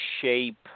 shape